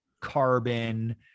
carbon